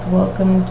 welcome